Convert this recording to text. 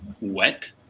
wet